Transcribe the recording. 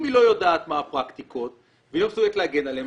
היא לא יודעת מה הפרקטיקות והיא לא מסוגלת להגן עליהן,